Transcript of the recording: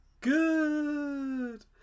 good